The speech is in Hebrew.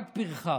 רק פרחח.